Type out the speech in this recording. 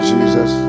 Jesus